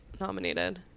nominated